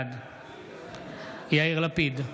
בעד יאיר לפיד,